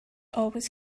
always